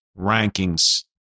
rankings